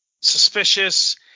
suspicious